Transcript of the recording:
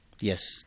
Yes